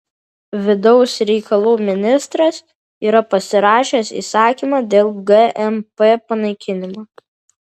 vidaus reikalų ministras yra pasirašęs įsakymą dėl gmp panaikinimo